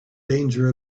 danger